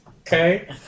okay